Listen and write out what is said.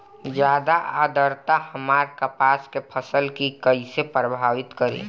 ज्यादा आद्रता हमार कपास के फसल कि कइसे प्रभावित करी?